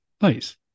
Nice